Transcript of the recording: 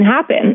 happen